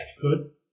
Good